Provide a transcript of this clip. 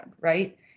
right